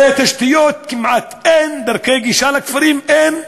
תשתיות כמעט אין, דרכי גישה לכפרים אין,